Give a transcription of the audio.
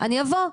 אני אבוא.